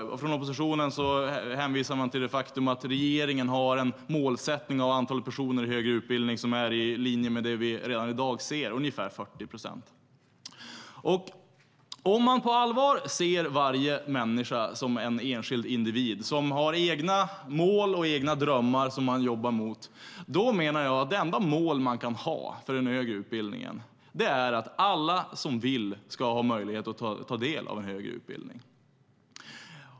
Från oppositionen hänvisar man till det faktum att regeringen har en målsättning om antalet personer i högre utbildning som är i linje med det vi redan i dag ser, ungefär 40 procent. Och om man på allvar ser alla människor som enskilda individer som har egna mål och egna drömmar som de jobbar mot menar jag att det enda mål man kan ha för den högre utbildningen är att alla som vill ska ha möjlighet att ta del av en högre utbildning.